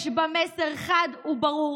יש בה מסר חד וברור,